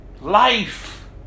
life